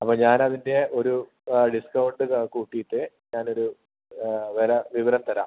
അപ്പോൾ ഞാൻ അതിൻ്റെ ഒരു ഡിസ്കൗണ്ട് കൂട്ടിയിട്ട് ഞാൻ ഒരു വില വിവരം തരാം